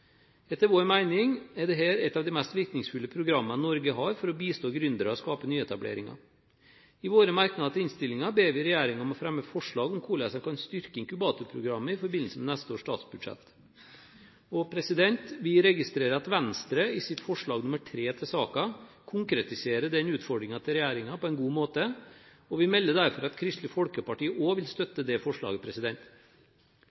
Etter vår mening er dette et av de mest virkningsfulle programmer Norge har for å bistå gründere og skape nyetableringer. I våre merknader i innstillingen ber vi regjeringen om å fremme forslag om hvordan en kan styrke inkubatorprogrammet i forbindelse med neste års statsbudsjett. Vi registrerer at Venstre i sitt forslag, nr. 3, til saken konkretiserer den utfordringen til regjeringen på en god måte, og melder derfor at Kristelig Folkeparti også vil støtte det forslaget. Det er også viktig å trekke utenlandske investorer og